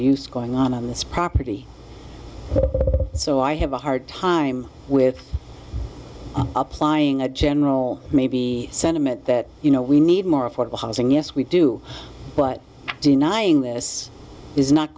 use going on on this property so i have a hard time with applying a general may be sentiment that you know we need more affordable housing yes we do but denying this is not